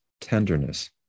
tenderness